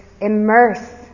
immerse